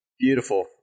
beautiful